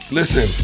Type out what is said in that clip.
listen